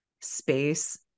space